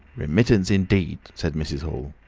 remittance indeed! said mrs. hall.